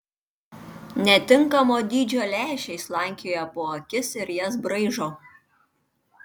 netinkamo dydžio lęšiai slankioja po akis ir jas braižo